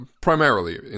primarily